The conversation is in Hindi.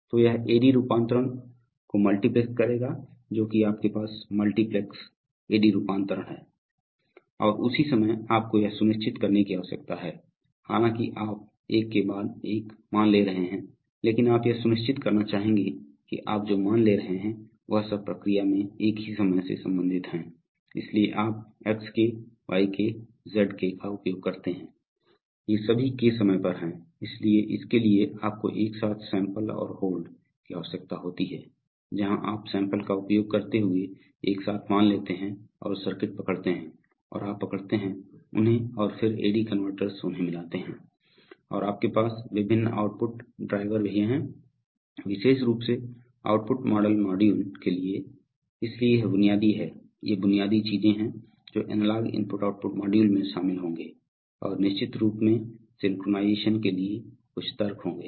तो यह AD रूपांतरण को मल्टीप्लेक्स करेगा जोकि आपके पास मल्टीप्लेक्स AD रूपांतरण है और उसी समय आपको यह सुनिश्चित करने की आवश्यकता है हालांकि आप एक के बाद एक मान ले रहे हैं लेकिन आप यह सुनिश्चित करना चाहेंगे कि आप जो मान ले रहे हैं वह सब प्रक्रिया में एक ही समय से संबंधित हैं इसलिए आप XK YK ZK का उपयोग करते हैं ये सभी K समय पर हैं इसलिए इसके लिए आपको एक साथ सैंपल और होल्ड की आवश्यकता होती है जहाँ आप सैंपल का उपयोग करते हुए एक साथ मान लेते हैं और सर्किट पकड़ते हैं और आप पकड़ते हैं उन्हें और फिर AD कन्वर्टर उन्हें मिलाते हैं और आपके पास विभिन्न आउटपुट ड्राइवर भी हैं विशेष रूप से आउटपुट मॉडल मॉड्यूल के लिए इसलिए यह बुनियादी है ये बुनियादी चीजें हैं जो एनालॉग IO मॉड्यूल में शामिल होंगे और निश्चित रूप से सिंक्रोनाइजेशन के लिए कुछ तर्क होंगे